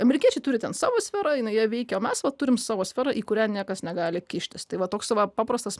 amerikiečiai turi ten savo sferą jinai ja veikia o mes vat turim savo sferą į kurią niekas negali kištis tai va toks va paprastas